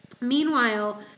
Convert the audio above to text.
Meanwhile